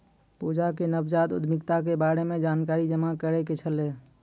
पूजा के नवजात उद्यमिता के बारे मे जानकारी जमा करै के छलै